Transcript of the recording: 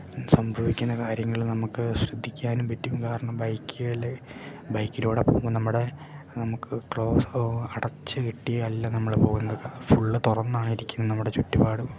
സംഭവിക്കുന്ന കാര്യങ്ങൾ നമുക്ക് ശ്രദ്ധിക്കാനും പറ്റും കാരണം ബൈക്കിൽ ബൈക്കിലൂടെ പോകുമ്പം നമ്മുടെ നമുക്ക് ക്ലോസ്ഡോ അടച്ചു കെട്ടിയല്ല നമ്മൾ പോവുന്നത് ഫുള്ള് തുറന്നാണ് ഇരിക്കുന്നത് നമ്മുടെ ചുറ്റുപാടും